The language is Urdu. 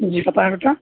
جی بتائیں بیٹا